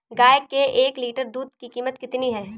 गाय के एक लीटर दूध की कीमत कितनी है?